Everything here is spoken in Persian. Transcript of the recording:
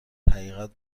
حقیقت